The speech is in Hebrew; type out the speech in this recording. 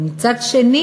ומצד שני